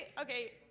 okay